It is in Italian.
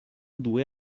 due